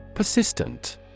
Persistent